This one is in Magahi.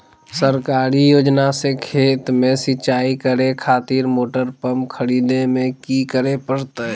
सरकारी योजना से खेत में सिंचाई करे खातिर मोटर पंप खरीदे में की करे परतय?